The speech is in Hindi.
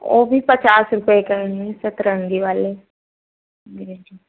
वह भी पचास रुपये के है सतरंगी वाले